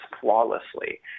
flawlessly